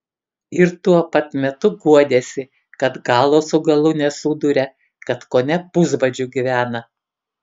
ir tuo pat metu guodėsi kad galo su galu nesuduria kad kone pusbadžiu gyvena